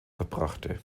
verbrachte